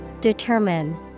Determine